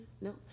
No